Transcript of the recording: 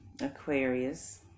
aquarius